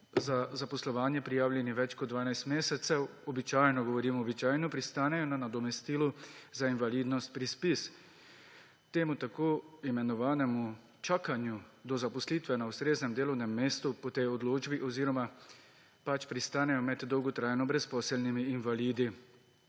za zaposlovanje prijavljeni več kot 12 mesecev, običajno – govorim običajno – pristanejo na nadomestilu za invalidnost pri ZPIZ, temu tako imenovanemu čakanju do zaposlitve na ustreznem delovnem mestu po tej odločbi. Oziroma pač pristanejo med dolgotrajno brezposelnimi invalidi.